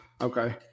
Okay